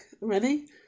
Ready